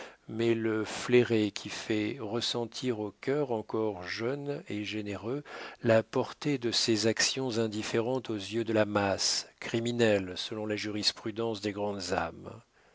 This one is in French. mais le flairer qui fait ressentir aux cœurs encore jeunes et généreux la portée de ces actions indifférentes aux yeux de la masse criminelles selon la jurisprudence des grandes âmes